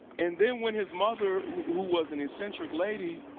and then when his mother, who was an eccentric lady,